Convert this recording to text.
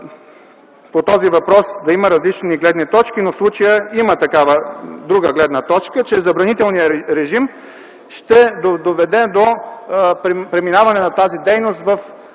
по този въпрос да има различни гледни точки, но в случая има такава друга гледна точка, че забранителният режим ще доведе до преминаване на тази дейност в